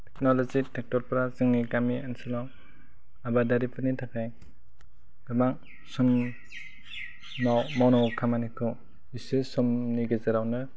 technology ट्रेक्टरफ्रा जोंनि गामि ओनसोलाव आबादारिफोरनि थाखाय गोबां सों माबा मावनांगौ खामानिखौ एसे समनि गेजेरावनो